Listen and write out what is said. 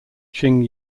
ching